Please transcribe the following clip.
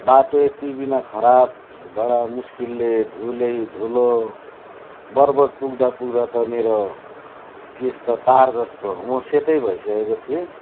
बाटो यति बिघ्न खराब बडा मुस्किलले धुलैधुलो बरबोट पुग्दा पुग्दा त मेरो केश त तार जस्तो म सेतै भइसकेको थिएँ